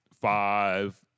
five